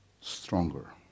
stronger